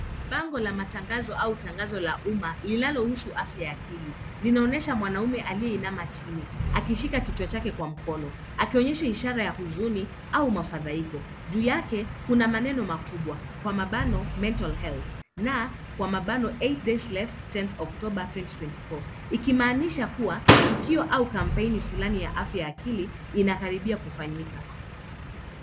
Bango la matangazo au tangazo la uma linalo uso wa kili, linaonyesha mwanaume aliye na mashine. Akiishika kichocheo kwa mkono, anaonyesha ishara ya uzuni au mfazaipo. Juu yake kuna maneno makubwa yaliyo kwenye mabano. Hii inaashiria kuwa tukio au kampeni fulani ya uso wa kili inakaribia kufanyika.